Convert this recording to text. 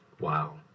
wow